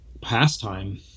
pastime